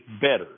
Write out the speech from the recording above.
better